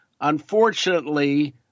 Unfortunately